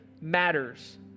matters